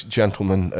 gentlemen